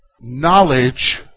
Knowledge